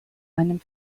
einem